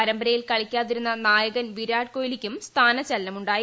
പരമ്പരയിൽ കളിക്കാതിരുന്ന നായകൻ വിരാട് കോഹ്ലിക്കും സ്ഥാന ചലനമുണ്ടായി